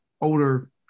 older